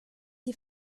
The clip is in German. die